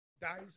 dies